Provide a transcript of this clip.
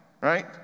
right